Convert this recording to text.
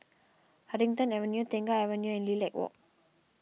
Huddington Avenue Tengah Avenue and Lilac Walk